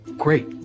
Great